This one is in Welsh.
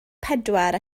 pedwar